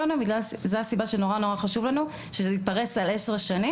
וזו הסיבה שנורא נורא חשוב לנו שזה יתפרס על עשר שנים